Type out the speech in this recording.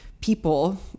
people